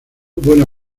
buena